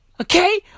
Okay